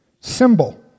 symbol